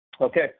Okay